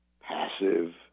passive